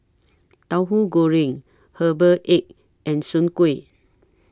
Tahu Goreng Herbal Egg and Soon Kueh